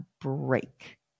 break